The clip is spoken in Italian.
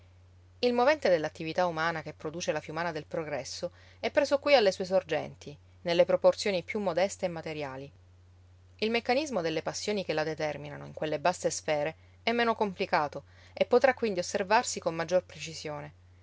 il movente dell'attività umana che produce la fiumana del progresso è preso qui alle sue sorgenti nelle proporzioni più modeste e materiali il meccanismo delle passioni che la determinano in quelle basse sfere è meno complicato e potrà quindi osservarsi con maggior precisione